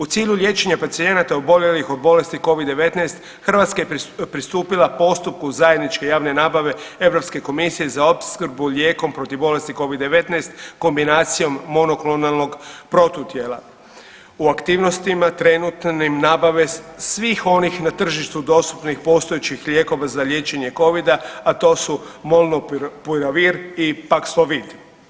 U cilju liječenja pacijenata oboljelih od bolesti covid-19 Hrvatska je pristupila postupku zajedničke javne nabave Europske komisije za opskrbu lijekom protiv bolesti covid-19 kombinacijom monoklonalnog protutijela u aktivnostima trenutnim nabave svih onih na tržištu dostupnih postojećih lijekova za liječenje covida, a to su molnupiravir i paxlovid.